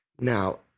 Now